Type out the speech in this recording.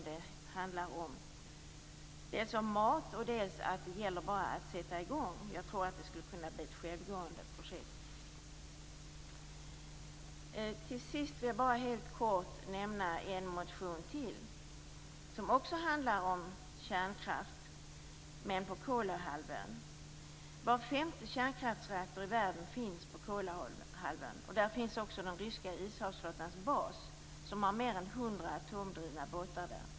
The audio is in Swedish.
Det handlar ju om mat, och det gäller att sätta i gång. Jag tror att det skulle kunna bli ett självgående projekt. Jag vill helt kort nämna ytterligare en motion. Den handlar om kärnkraft på Kolahalvön. Var femte kärnkraftsreaktor i världen finns på Kolahalvön. Där finns också den ryska ishavsflottans bas med mer än hundra atomdrivna båtar.